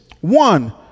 one